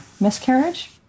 miscarriage